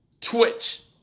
Twitch